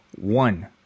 One